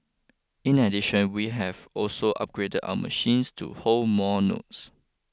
in addition we have also upgrade our machines to hold more notes